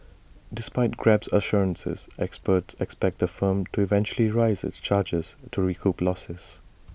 despite grab's assurances experts expect the firm to eventually raise its charges to recoup losses